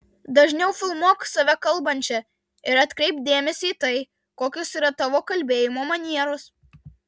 dažniau filmuok save kalbančią ir atkreipk dėmesį į tai kokios yra tavo kalbėjimo manieros